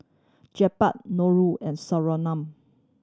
Jebat Nurul and Surinam